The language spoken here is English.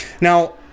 Now